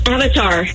Avatar